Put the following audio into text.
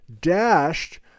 dashed